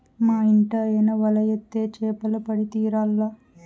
మా ఇంటాయన వల ఏత్తే చేపలు పడి తీరాల్ల